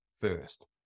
first